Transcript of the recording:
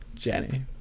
Jenny